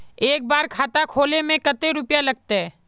एक बार खाता खोले में कते रुपया लगते?